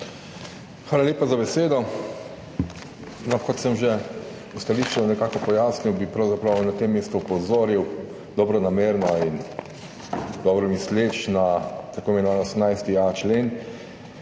Hvala lepa za besedo. Kot sem že v stališču nekako pojasnil, bi pravzaprav na tem mestu opozoril, dobronamerno in dobromisleče, na tako imenovani 18.a člen,